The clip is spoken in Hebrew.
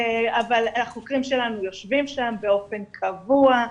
אבל החוקרים שלנו יושבים שם באופן קבוע,